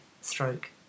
stroke